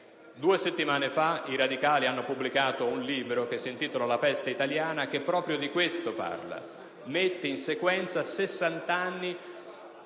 Due settimane fa i radicali hanno pubblicato un libro, intitolato «La peste italiana», che proprio di questo parla: mette in sequenza sessant'anni